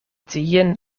tien